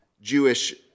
Jewish